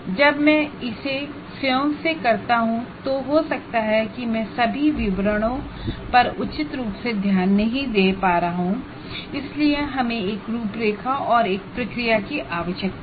जब मैं इसे स्वयं से करता हूं तो हो सकता है कि मैं सभी विवरणों पर उचित रूप से ध्यान नहीं दे रहा हूं इसलिए हमें एक फ्रेमवर्क और प्रोसेस की आवश्यकता है